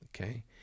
Okay